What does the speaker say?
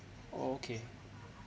okay